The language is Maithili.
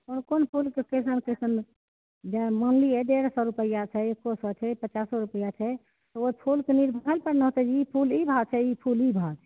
कोन कोन फुलके कैसन कैसन जेना मानि लियै डेढ़ सए रुपैआ छै एक सए छै पचासो रुपैआ छै तऽ ओहि फुलके निर्माण पर ने होतै जे ई फुल ई भाव छै ई फुल ई भाव छै